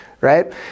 right